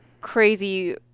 crazy